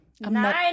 Nine